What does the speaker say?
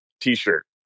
t-shirt